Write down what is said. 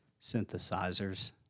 synthesizers